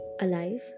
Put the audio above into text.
Alive